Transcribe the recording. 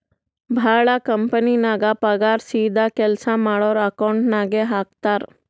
ಭಾಳ ಕಂಪನಿನಾಗ್ ಪಗಾರ್ ಸೀದಾ ಕೆಲ್ಸಾ ಮಾಡೋರ್ ಅಕೌಂಟ್ ನಾಗೆ ಹಾಕ್ತಾರ್